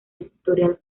editorial